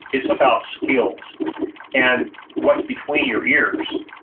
it's about skills and what's between your ears.